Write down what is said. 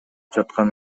жаткан